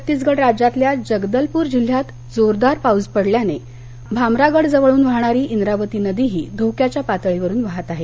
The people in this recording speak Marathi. छत्तीसगड राज्यातल्या जगदलपूर जिल्ह्यात जोरदार पाऊस पडल्याने भामरागडजवळून वाहणारी इंद्रावती नदीही धोक्याच्या पातळीवरून वाहत आहे